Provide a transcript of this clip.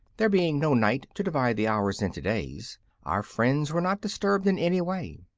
there being no night to divide the hours into days our friends were not disturbed in any way.